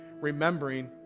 remembering